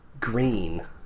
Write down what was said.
green